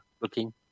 looking